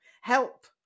Help